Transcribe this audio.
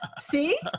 See